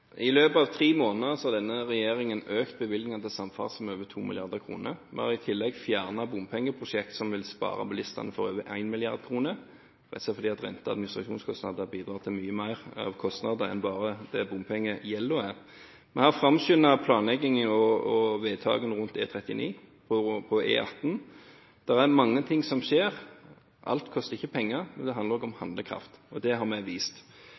I løpet av tre måneder har denne regjeringen økt bevilgningene til samferdsel med over 2 mrd. kr. Vi har i tillegg fjernet bompengeprosjekter som vil spare bilistene for over 1 mrd. kr, rett og slett fordi rente- og administrasjonskostnader bidrar til mye mer kostnader enn bare det bompengegjelden er. Vi har framskyndet planleggingen av og vedtakene om E39 og E18. Det er mange ting som skjer. Alt koster ikke penger. Det handler også om handlekraft, og det har vi vist.